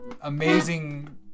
amazing